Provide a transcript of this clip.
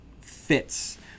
fits